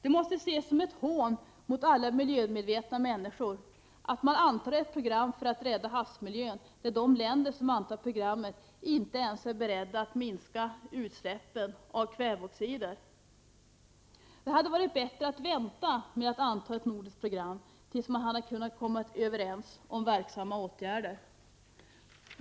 Det måste ses som ett hån mot alla miljömedvetna människor att man antar ett program för att rädda havsmiljön när de länder som antagit programmet inte ens är beredda att minska utsläppen av kväveoxider. Det hade varit bättre att vänta med att anta ett nordiskt program tills man hade kunnat komma överens om verksamma åtgärder.